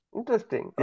Interesting